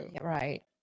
right